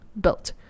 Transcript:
built